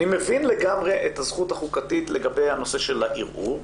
אני מבין לגמרי את הזכות החוקתית לגבי הנושא של הערעור.